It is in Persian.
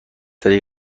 طریق